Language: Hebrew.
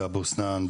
באבו סנאן,